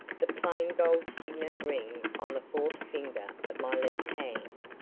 the plain gold signet ring on the fourth finger of my left hand.